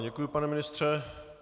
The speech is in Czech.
Děkuji, pane ministře.